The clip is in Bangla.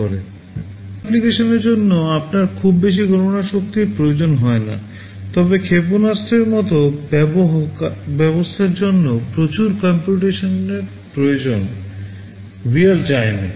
কিছু অ্যাপ্লিকেশনের জন্য আপনার খুব বেশি গণনার শক্তি প্রয়োজন হয় না তবে ক্ষেপণাস্ত্রের মতো ব্যবস্থার জন্য প্রচুর কম্পিউটেশনের প্রয়োজন রিয়েল টাইমে